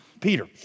Peter